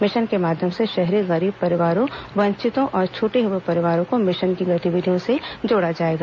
mission के माध्यम से शहरी गरीब परिवारों वंचितों और छूटे हये परिवारों को मिशन की गतिविधियों से जोड़ा जायेगा